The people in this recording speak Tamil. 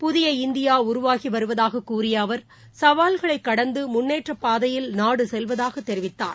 புதிய இந்தியாஉருவாகிவருவதாககூறியஅவர் சவால்களைகடந்துமுன்னேற்றப்பாதையில் நாடுசெல்வதாகதெரிவித்தார்